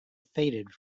faded